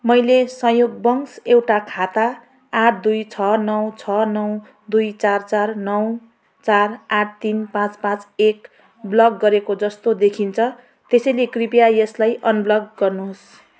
मैले संयोगवश एउटा खाता आठ दुई छ नौ छ नौ दुई चार चार नौ चार आठ तिन पाँच पाँच एक ब्लक गरेको जस्तो देखिन्छ त्यसैले कृपया यसलाई अनब्लक गर्नुहोस्